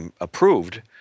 approved